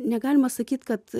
negalima sakyt kad